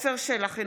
עפר שלח,